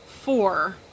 four